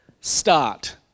start